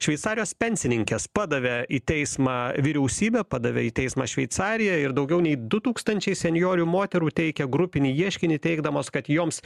šveicarijos pensininkės padavė į teismą vyriausybę padavė į teismą šveicariją ir daugiau nei du tūkstančiai senjorių moterų teikia grupinį ieškinį teigdamos kad joms